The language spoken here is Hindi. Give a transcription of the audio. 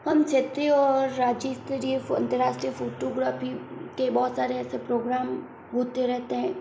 हम क्षेत्रीय और राज्यस्तरीय अंतर्राष्ट्रीय फ़ोटोग्राफ़ी के बहुत सारे ऐसे प्रोग्राम होते रहते हैं